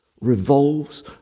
revolves